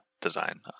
design